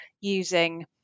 using